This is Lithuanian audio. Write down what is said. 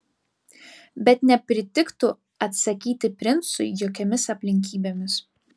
bet nepritiktų atsakyti princui jokiomis aplinkybėmis